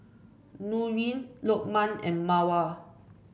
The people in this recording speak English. Nurin Lokman and Mawar